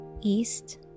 east